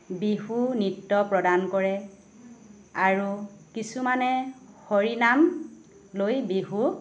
বিহু নৃত্য় প্ৰদান কৰে আৰু কিছুমানে হৰি নাম লৈ বিহু